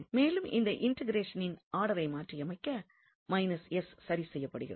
மேலும் இந்த இன்டெக்ரேஷனின் ஆர்டரை மாற்றியமைக்க சரிசெய்யப் படுகிறது